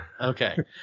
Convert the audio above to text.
Okay